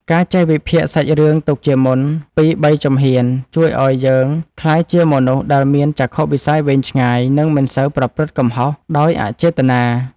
ការចេះវិភាគសាច់រឿងទុកជាមុនពីរបីជំហានជួយឱ្យយើងក្លាយជាមនុស្សដែលមានចក្ខុវិស័យវែងឆ្ងាយនិងមិនសូវប្រព្រឹត្តកំហុសដោយអចេតនា។